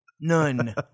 None